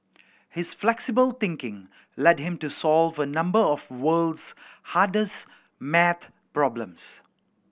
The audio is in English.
his flexible thinking led him to solve a number of world's hardest maths problems